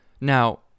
Now